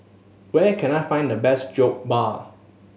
where can I find the best Jokbal